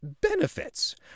benefits